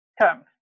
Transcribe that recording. term